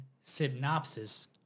synopsis